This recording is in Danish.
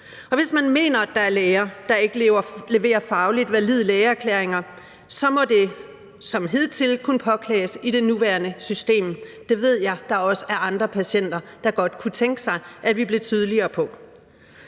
hvis man mener, at der er læger, der ikke leverer fagligt valide lægeerklæringer, så må det som hidtil kunne påklages i det nuværende system. Det ved jeg der også er andre patienter der godt kunne tænke sig at vi blev tydeligere om.